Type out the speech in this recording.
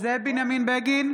זאב בנימין בגין,